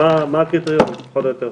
אז מה הקריטריונים פחות או יותר?